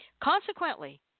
Consequently